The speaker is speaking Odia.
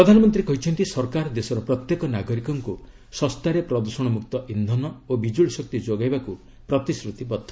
ପ୍ରଧାନମନ୍ତ୍ରୀ କହିଛନ୍ତି ସରକାର ଦେଶର ପ୍ରତ୍ୟେକ ନାଗରିକଙ୍କୁ ଶସ୍ତାରେ ପ୍ରଦୂଷଣ ମୁକ୍ତ ଇନ୍ଧନ ଓ ବିଜୁଳି ଶକ୍ତି ଯୋଗାଇବାକୁ ପ୍ରତିଶ୍ରୁତିବଦ୍ଧ